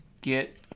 get